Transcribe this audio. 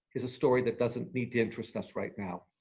is a story that doesn't need to interest us right now.